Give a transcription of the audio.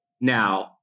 now